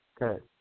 good